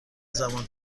زمان